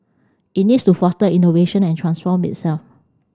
it needs to foster innovation and transform itself